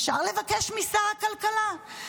אפשר לבקש משר הכלכלה?